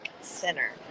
Center